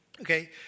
okay